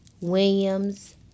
Williams